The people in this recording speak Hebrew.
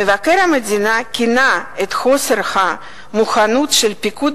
מבקר המדינה כינה את חוסר המוכנות של פיקוד